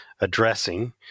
addressing